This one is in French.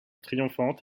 triomphante